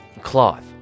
cloth